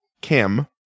Kim